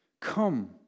Come